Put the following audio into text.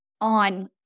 on